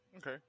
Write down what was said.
Okay